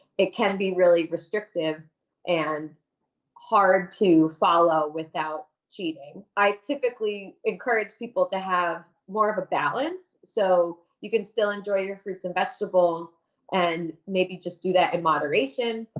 it can be really restrictive and hard to follow without cheating. i typically encourage people to have more of a balance, so you can still enjoy your fruits and vegetables and maybe just do that in moderation,